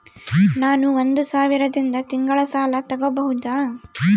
ನಾನು ಒಂದು ಸಾವಿರದಿಂದ ತಿಂಗಳ ಸಾಲ ತಗಬಹುದಾ?